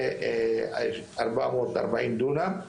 440 דונם.